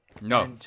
No